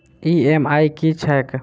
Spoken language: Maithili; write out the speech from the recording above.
ई.एम.आई की छैक?